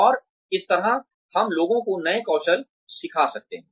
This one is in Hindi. और इस तरह हम लोगों को नए कौशल सिखा सकते हैं